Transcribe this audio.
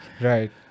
Right